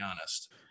honest